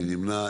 מי נמנע?